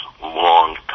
long